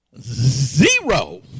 Zero